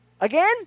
Again